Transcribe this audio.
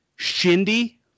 Shindy